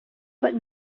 but